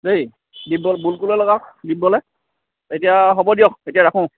দেই দিব্য বুলকুলৈ লগাওক দিব্যলৈ এতিয়া হ'ব দিয়ক এতিয়া ৰাখোঁ